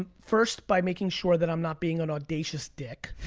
ah first, by making sure that i'm not being an audacious dick.